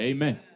Amen